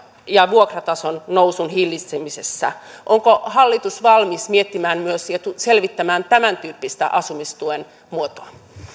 ja vuokratason nousun hillitsemisessä onko hallitus valmis miettimään ja selvittämään myös tämän tyyppistä asumistuen muotoa